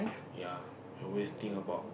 ya you always think about